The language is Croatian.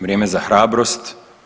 Vrijeme za hrabrost.